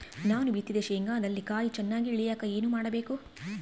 ನಾನು ಬಿತ್ತಿದ ಶೇಂಗಾದಲ್ಲಿ ಕಾಯಿ ಚನ್ನಾಗಿ ಇಳಿಯಕ ಏನು ಮಾಡಬೇಕು?